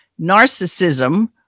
narcissism